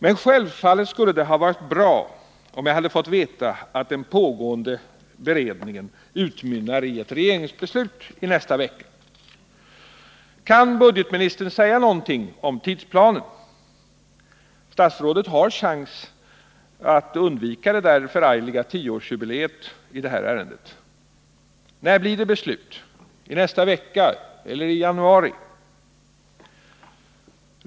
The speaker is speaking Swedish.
Men självfallet skulle det ha varit bra om jag hade fått veta att den pågående beredningen utmynnar i ett regeringsbeslut i nästa vecka. Kan budgetministern säga någonting om tidsplanen? Statsrådet har chans att undvika det där förargliga tioårsjubileet i detta ärende. När blir det beslut —- i nästa vecka eller i januari?